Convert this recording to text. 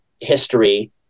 history